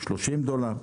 30 דולר.